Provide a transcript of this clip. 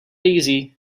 easy